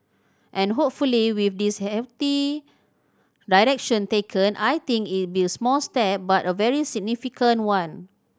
and hopefully with this healthy direction taken I think it'll be a small step but a very significant one